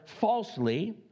falsely